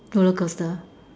roller coaster